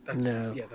no